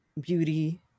beauty